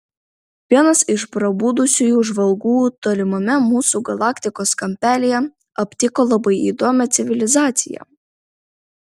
vienas iš prabudusiųjų žvalgų tolimame mūsų galaktikos kampelyje aptiko labai įdomią civilizaciją